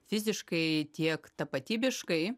fiziškai tiek tapatybiškai